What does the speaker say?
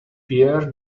pierre